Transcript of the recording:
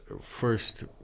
first